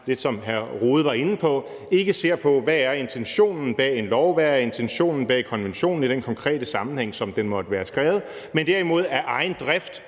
som hr. Jens Rohde var inde på, ikke ser på, hvad intentionen bag en lov er, hvad intentionen bag konventionen i den konkrete sammenhæng er, som den måtte være skrevet, men derimod af egen drift